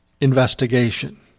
investigation